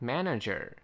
Manager